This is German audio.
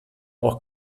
auch